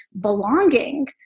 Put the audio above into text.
belonging